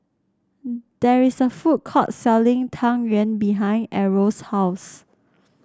there is a food court selling Tang Yuen behind Errol's house